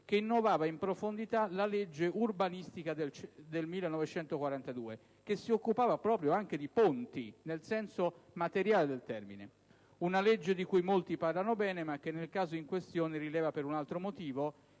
che innovava in profondità la legge urbanistica del 1942 e che si occupava anche di ponti nel senso materiale del termine. È una legge di cui molti parlano bene, ma che nel caso in questione rileva per un altro motivo: